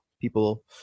people